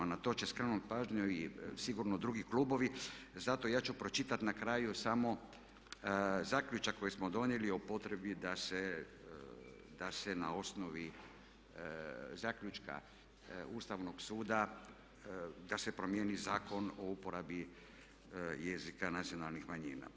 Na to će skrenuti pažnju sigurno i drugi klubovi zato ja ću pročitati na kraju samo zaključak koji smo donijeli o potrebi da se na osnovi zaključka Ustavnog suda da se promijeni Zakon o uporabi jezika nacionalnih manjina.